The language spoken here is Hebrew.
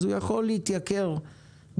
אז הוא יכול להתייקר ב-30%,